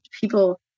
people